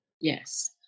Yes